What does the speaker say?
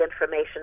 information